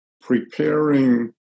preparing